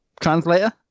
translator